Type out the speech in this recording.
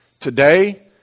today